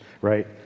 Right